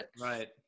Right